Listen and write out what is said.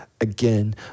again